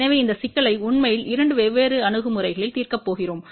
எனவே இந்த சிக்கலை உண்மையில் இரண்டு வெவ்வேறு அணுகுமுறைகளில் தீர்க்கப் போகிறோம்